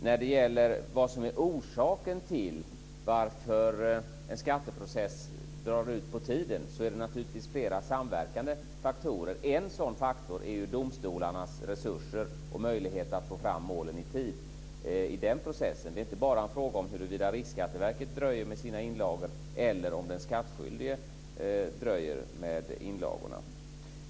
När det gäller vad som är orsaken till att en skatteprocess drar ut på tiden, är det naturligtvis flera samverkande faktorer. En sådan faktor är domstolarnas resurser och möjlighet att få fram målen i tid i den processen. Det är inte bara en fråga om huruvida Riksskatteverket dröjer med sina inlagor eller om den skattskyldige dröjer med inlagorna.